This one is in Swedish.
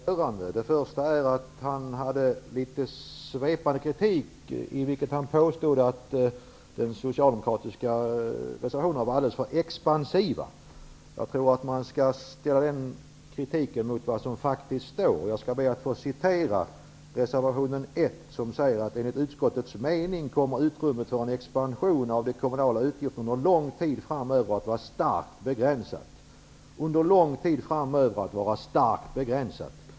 Herr talman! Jag har några kommentarer att komma med när det gäller Olle Schmidts anförande. För det första kritiserade Olle Schmidt litet svepande den socialdemokratiska reservationen när han påstod att den var alldeles för expansiv. Den kritiken bör ställas mot vad som faktiskt står i reservation 1, nämligen: ''Enligt utskottets mening kommer utrymmet för en expansion av de kommunala utgifterna under lång tid framöver att vara starkt begränsat.''